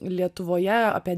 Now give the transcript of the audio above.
lietuvoje apie